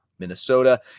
Minnesota